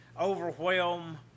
overwhelm